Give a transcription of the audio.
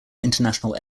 international